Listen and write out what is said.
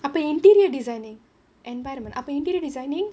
அப்போ:appo interior designing environment அப்போ:appo interior designing